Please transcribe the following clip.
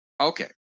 Okay